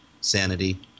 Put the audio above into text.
sanity